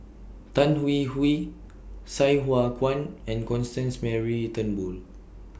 Tan Hwee Hwee Sai Hua Kuan and Constance Mary Turnbull